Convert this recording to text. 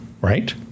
right